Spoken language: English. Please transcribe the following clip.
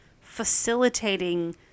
facilitating